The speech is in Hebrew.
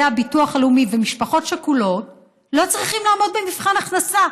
הביטוח הלאומי ומשפחות שכולות לא צריכים לעמוד במבחן הכנסה,